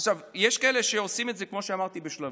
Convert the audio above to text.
עכשיו, יש כאלה שעושים את זה, כמו שאמרתי, בשלבים.